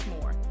more